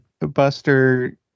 Buster